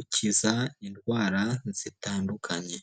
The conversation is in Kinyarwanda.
ukiza indwara zitandukanye.